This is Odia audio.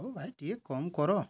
ହଉ ଭାଇ ଟିକେ କମ୍ କର